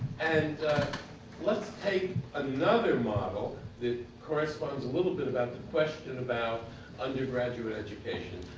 and let's take another model that corresponds a little bit about the question about undergraduate education.